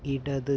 ഇടത്